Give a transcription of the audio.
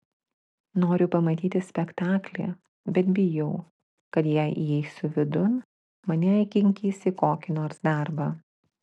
noriu pamatyti spektaklį bet bijau kad jei įeisiu vidun mane įkinkys į kokį nors darbą